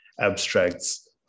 Abstracts